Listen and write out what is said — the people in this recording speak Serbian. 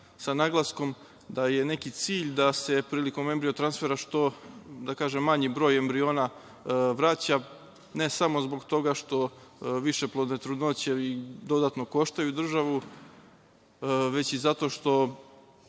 sa naglaskom da je neki cilj da se prilikom embriotransfera što manji broj embriona vraća, ne samo zbog toga što višeplodne trudnoće i dodatno koštaju državu već i zato što